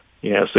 Yes